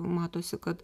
matosi kad